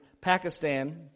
Pakistan